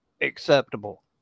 acceptable